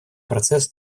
процесс